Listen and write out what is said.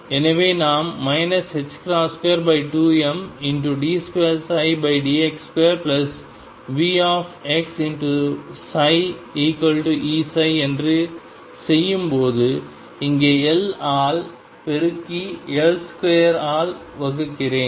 எனவே நாம் 22md2dx2VxψEψ என்று செய்யும்போது இங்கே L ஆல் பெருக்கி L2 ஆல் வகுக்கிறேன்